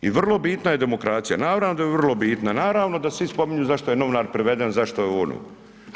I vrlo bitna je demokracija, naravno da je vrlo bitna, naravno da svi spominju zašto je novinar priveden, zašto je ovo, ono.